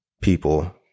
people